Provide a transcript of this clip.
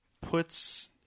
puts